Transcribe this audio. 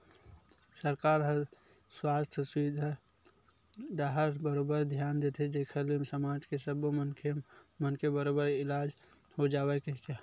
सरकार ह सुवास्थ सुबिधा डाहर बरोबर धियान देथे जेखर ले समाज के सब्बे मनखे मन के बरोबर इलाज हो जावय कहिके